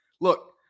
Look